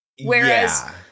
Whereas